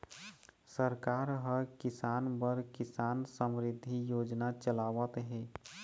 सरकार ह किसान बर किसान समरिद्धि योजना चलावत हे